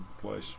place